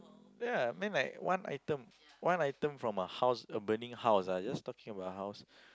ya I mean like one item one item from a house urbaning house ah just talking about a house